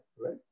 right